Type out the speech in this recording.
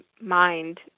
mind